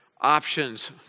options